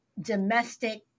domestic